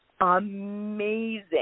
amazing